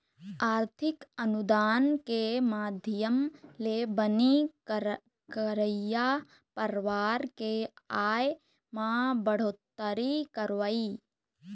आरथिक अनुदान के माधियम ले बनी करइया परवार के आय म बड़होत्तरी करवई